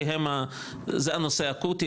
כי זה הנושא האקוטי,